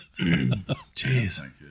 Jeez